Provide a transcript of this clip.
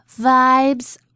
vibes